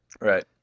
Right